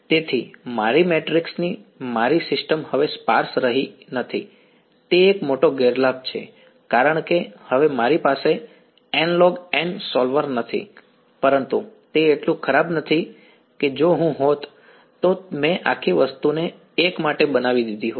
તેથી મારી મેટ્રિક્સની મારી સિસ્ટમ હવે સ્પાર્સ રહી નથી તે એક મોટો ગેરલાભ છે કારણ કે હવે મારી પાસે nlog સોલ્વર નથી પરંતુ તે એટલું ખરાબ નથી કે જો હું હોત તો મેં આખી વસ્તુને એક માટે બનાવી દીધી હોય